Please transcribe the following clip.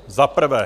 Za prvé.